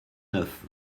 neuf